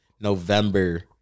November